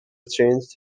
changed